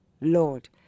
Lord